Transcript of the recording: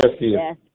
Yes